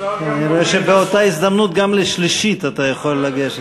נראה שבאותה הזדמנות גם לשלישית אתה יכול לגשת.